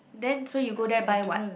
then so you go there buy what